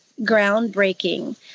groundbreaking